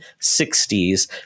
60s